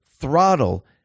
throttle